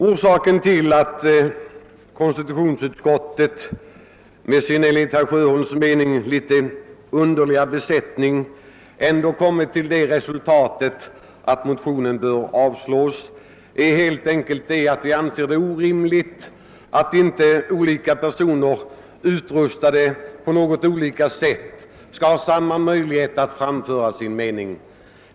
Orsaken till att konstitutionsutskottet — med sin enligt herr Sjöholms mening litet underliga besättning — kommit till det resultatet att motionen bör avslås är helt enkelt att vi anser det orimligt att inte alla ledamöter, även om de är utrustade på olika sätt, skall ha samma möjlighet att framföra sin mening.